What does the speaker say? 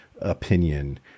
opinion